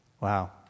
Wow